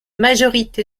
majorité